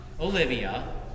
Olivia